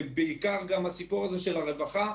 בעיקר הסיפור של הרווחה.